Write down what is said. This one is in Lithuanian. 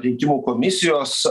rinkimų komisijos